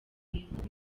ibintu